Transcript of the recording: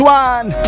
one